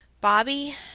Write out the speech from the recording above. Bobby